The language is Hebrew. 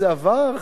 זה עבר,